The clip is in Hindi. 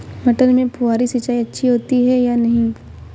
मटर में फुहरी सिंचाई अच्छी होती है या नहीं?